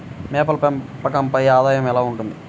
మేకల పెంపకంపై ఆదాయం ఎలా ఉంటుంది?